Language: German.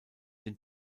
den